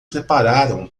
prepararam